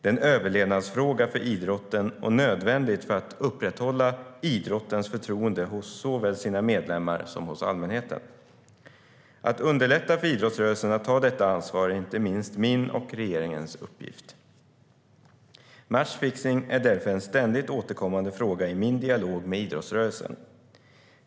Det är en överlevnadsfråga för idrotten och nödvändigt för att upprätthålla idrottens förtroende hos såväl sina medlemmar som hos allmänheten. Att underlätta för idrottsrörelsen att ta detta ansvar är inte minst min och regeringens uppgift. Matchfixning är därför en ständigt återkommande fråga i min dialog med idrottsrörelsen.